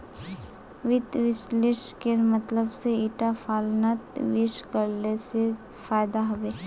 वित्त विश्लेषकेर मतलब से ईटा प्लानत निवेश करले से फायदा हबे